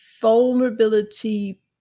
vulnerability